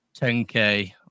10k